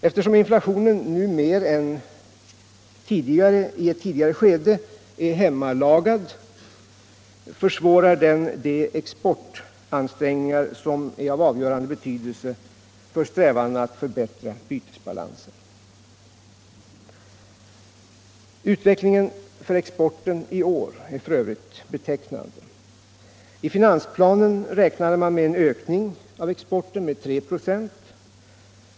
Eftersom inflationen nu mer än i ett tidigare skede är hemlagad, försvårar den de exportansträngningar som är av avgörande betydelse för strävandena att förbättra bytesbalansen. Utvecklingen för exporten i år är betecknande. I finansplanen räknade man med en ökning av exporten med 3 26.